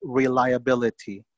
reliability